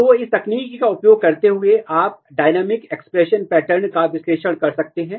तो इस तकनीक का उपयोग करते हुए आप डायनामिक एक्सप्रेशन पैटर्न का विश्लेषण कर सकते हैं